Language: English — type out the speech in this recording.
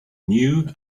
new